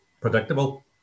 predictable